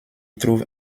trouve